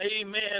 amen